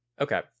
Okay